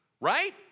right